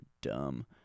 dumb